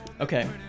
Okay